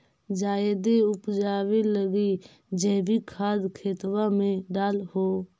जायदे उपजाबे लगी जैवीक खाद खेतबा मे डाल हो?